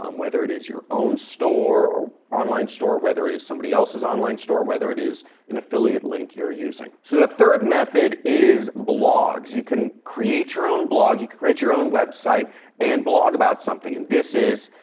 um whether it is your own store or online store. whether it is somebody else's online store. whether it is an affiliate link you're using. so, the third method is blogs. you can create your own blog. you can create your own website and blog about something. and this is.